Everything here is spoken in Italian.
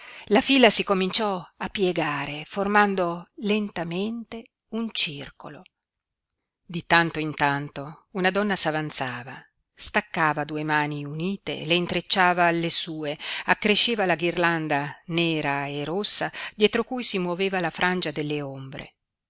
la fila si cominciò a piegare formando lentamente un circolo di tanto in tanto una donna s'avanzava staccava due mani unite le intrecciava alle sue accresceva la ghirlanda nera e rossa dietro cui si muoveva la frangia delle ombre